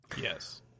Yes